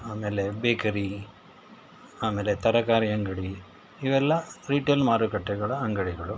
ಆಮೇಲೆ ಬೇಕರಿ ಆಮೇಲೆ ತರಕಾರಿ ಅಂಗಡಿ ಇವೆಲ್ಲ ರಿಟೇಲ್ ಮಾರುಕಟ್ಟೆಗಳ ಅಂಗಡಿಗಳು